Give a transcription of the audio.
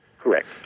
Correct